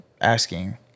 asking